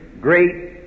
great